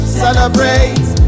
celebrate